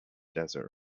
desert